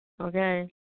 okay